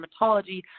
dermatology